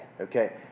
okay